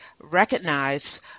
recognize